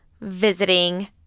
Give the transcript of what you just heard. visiting